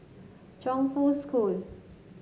Chongfu School